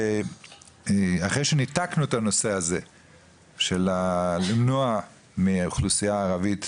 שאחרי שניתקנו את הנושא הזה של למנוע מהאוכלוסייה הערבית